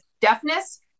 deafness